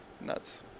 Nuts